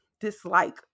dislike